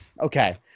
okay